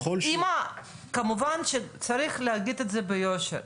כמובן שצריך להגיד את זה ביושר,